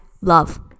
love